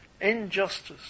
injustice